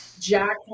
jack